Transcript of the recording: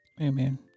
amen